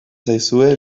zaizue